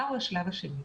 מהו השלב השני?